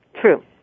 True